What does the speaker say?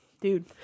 dude